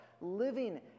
living